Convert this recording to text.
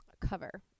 cover